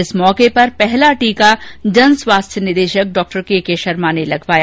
इस मौके पर पहला टीका जन स्वास्थ्य निदेशक डॉ के के शर्मा ने लगवाया